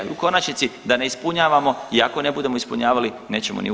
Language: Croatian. U konačnici da ne ispunjavamo i ako ne budemo ispunjavali nećemo ni uć.